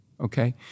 okay